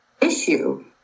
issue